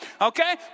Okay